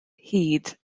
hud